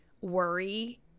worry